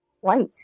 White